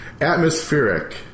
atmospheric